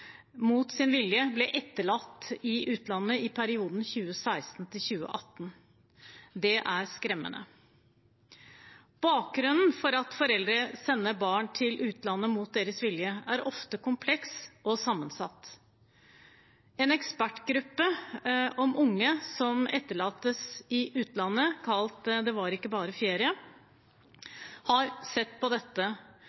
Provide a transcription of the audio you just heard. mot sin vilje ble etterlatt i utlandet i perioden 2016–2018. Det er skremmende. Bakgrunnen for at foreldre sender barn til utlandet mot deres vilje, er ofte kompleks og sammensatt. En ekspertgruppe om unge som etterlates i utlandet, kalt «Det var ikke bare